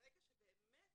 ברגע שבאמת